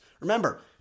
Remember